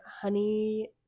honey